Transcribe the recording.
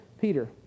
Peter